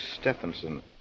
Stephenson